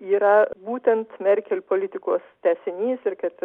yra būtent merkel politikos tęsinys ir kad